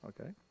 okay